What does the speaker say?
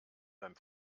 beim